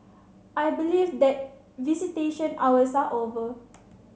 I believe that visitation hours are over